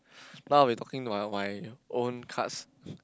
now we talking about my own cards